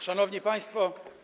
Szanowni Państwo!